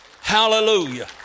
Hallelujah